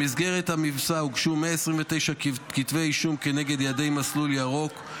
במסגרת המבצע הוגשו 129 כתבי אישום כנגד יעדי מסלול ירוק,